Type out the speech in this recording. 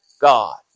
God